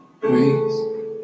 grace